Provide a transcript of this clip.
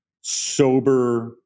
sober